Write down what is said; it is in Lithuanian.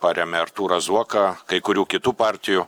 paremia artūrą zuoką kai kurių kitų partijų